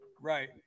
right